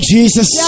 Jesus